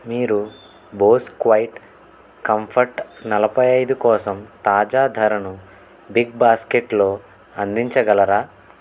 మీరు Bose quiet comfort నలభై ఐదు కోసం తాజా ధరను బిగ్ బాస్కెట్లో అందించగలరా